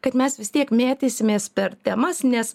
kad mes vis tiek mėtysimės per temas nes